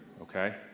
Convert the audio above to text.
okay